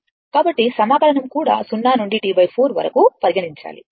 కాబట్టి సమాకలనం కూడా 0 నుండి T 4 వరకు పరిగణించాలి